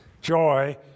joy